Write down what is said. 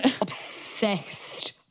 obsessed